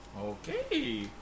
Okay